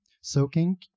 soaking